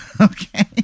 Okay